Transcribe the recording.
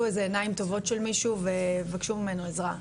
איזה עיניים טובות של מישהו ויבקשו ממנו עזרה.